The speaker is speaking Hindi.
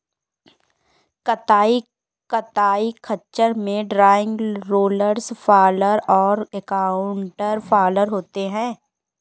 कताई खच्चर में ड्रॉइंग, रोलर्स फॉलर और काउंटर फॉलर होते हैं